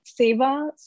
Seva